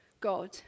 God